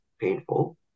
painful